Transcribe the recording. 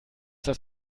das